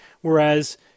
whereas